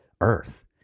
earth